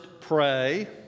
pray